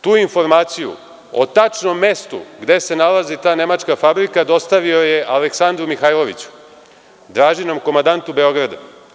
Tu informaciju o tačnom mestu gde se nalazi ta nemačka fabrika dostavio je Aleksandru Mihajloviću, Dražinom komandantu Beograda.